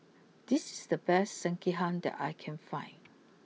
this is the best Sekihan that I can find